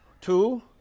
Two